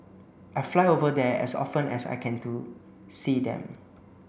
I fly over there as often as I can to see them